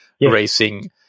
racing